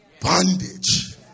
bondage